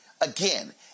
again